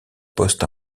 poste